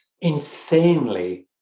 insanely